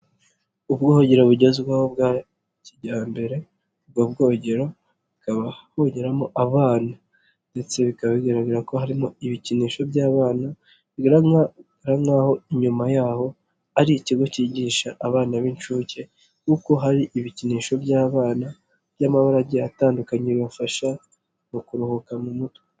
ubwogero bugezweho bwa kijyambere, ubwo bwogero bukaba beogeramo abana ndetse bikaba bigaragara ko harimo ibikinisho by'abana, bigaragara nk'aho inyuma yaho hari ikigo cyigisha abana b'incuke kuko hari ibikinisho by'abana by'amabara agiye atandukanye, bibafasha mu kuruhuka mu mutwe.